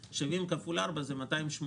ו-70,000 כפול ארבע זה 280,000,